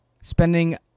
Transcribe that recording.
spending